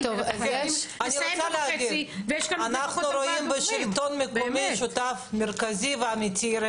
אנחנו רואים בשלטון המקומי שותף מרכזי ואמיתי.